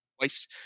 twice